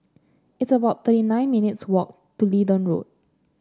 it's about thirty nine minutes' walk to Leedon Road